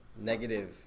negative